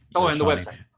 oh and the website.